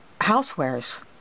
housewares